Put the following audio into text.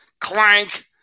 Clank